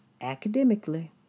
academically